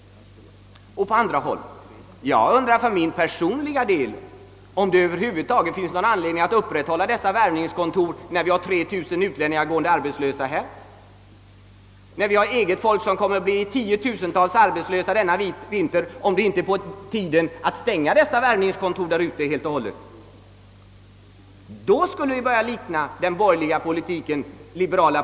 Jag undrar för min personliga del om det över huvud taget finns någon anledning att upprätthålla dessa värvningskontor när vi har 3 000 utlänningar gående arbetslösa här och har inhemska arbetare som i tiotusental kommer att bli arbetslösa denna vinter. är det inte på tiden att stänga dessa värvningskontor helt och hållet? Då skulle politiken vara liberal — inte överliberal.